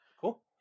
cool